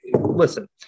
listen